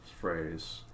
phrase